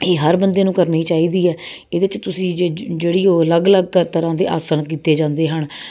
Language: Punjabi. ਇਹ ਹਰ ਬੰਦੇ ਨੂੰ ਕਰਨੀ ਚਾਹੀਦੀ ਹੈ ਇਹਦੇ 'ਚ ਤੁਸੀਂ ਜੇ ਜਿਹੜੀ ਉਹ ਅਲੱਗ ਅਲੱਗ ਤਰ੍ਹਾਂ ਦੇ ਆਸਣ ਕੀਤੇ ਜਾਂਦੇ ਹਨ